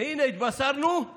הינה, התבשרנו על